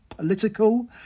Political